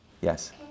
Yes